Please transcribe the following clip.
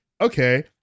okay